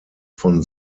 von